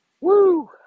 Woo